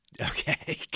Okay